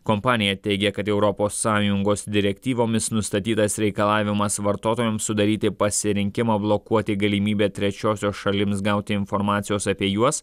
kompanija teigia kad europos sąjungos direktyvomis nustatytas reikalavimas vartotojams sudaryti pasirinkimą blokuoti galimybę trečiosios šalims gauti informacijos apie juos